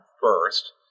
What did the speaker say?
first